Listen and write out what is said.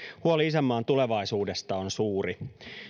huoli isänmaan tulevaisuudesta on suuri